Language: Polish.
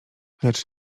lecz